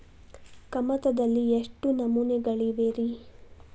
ಕಮತದಲ್ಲಿ ಎಷ್ಟು ನಮೂನೆಗಳಿವೆ ರಿ?